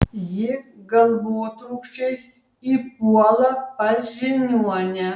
ji galvotrūkčiais įpuola pas žiniuonę